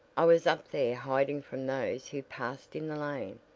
i was up there hiding from those who passed in the lane,